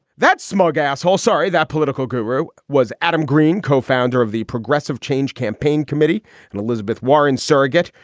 that smug asshole sorry, that political guru was adam green, co-founder of the progressive change campaign committee and elizabeth warren surrogate,